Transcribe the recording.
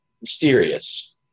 mysterious